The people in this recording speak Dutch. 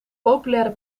populaire